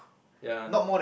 ya